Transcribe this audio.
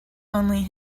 only